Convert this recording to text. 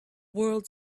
world